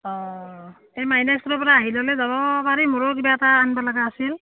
অঁ এই মাইনা স্কুলৰ পৰা পৰা আহি ল'লে যাব পাৰিম মোৰো কিবা এটা আনব লাগা আছিল